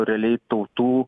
realiai tautų